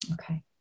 Okay